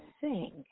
sing